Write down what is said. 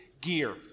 gear